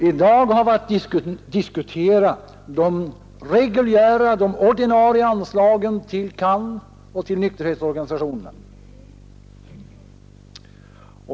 I dag har vi att diskutera de ordinarie anslagen till CAN och nykterhetsorganisationerna.